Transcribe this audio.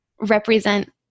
represent